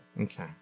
Okay